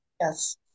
Yes